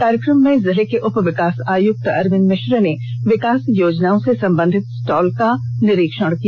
कार्यक्रम में जिले के उपविकास आयुक्त अरविंद मिश्र ने विकास योजनाओं से संबंधित स्टॉल का निरीक्षण किया